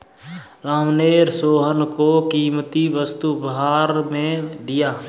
राम ने सोहन को कीमती वस्तु उपहार में दिया